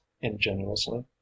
ingenuously